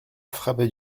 frappait